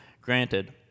granted